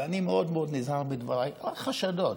ואני מאוד מאוד נזהר בדבריי: חשדות.